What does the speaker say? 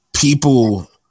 people